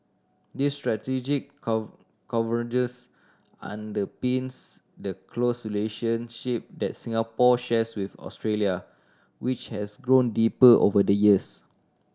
this strategic convergence underpins the close relationship that Singapore shares with Australia which has grown deeper over the years